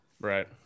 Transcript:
Right